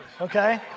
okay